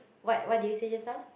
what what did you say just now